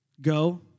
Go